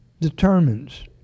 determines